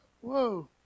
Whoa